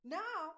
now